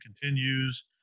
continues